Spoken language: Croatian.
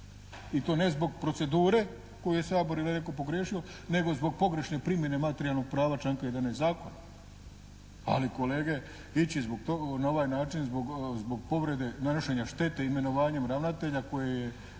i to ne zbog procedure koju je Sabor ili netko pogriješio nego zbog pogrešne primjene materijalnog prava članka 11. zakona. Ali kolege ići zbog toga na ovaj način zbog povrede, nanošenja štete imenovanjem ravnatelja koji je